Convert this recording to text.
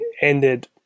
ended